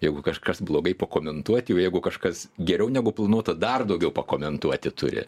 jeigu kažkas blogai pakomentuoti jau jeigu kažkas geriau negu planuota dar daugiau pakomentuoti turi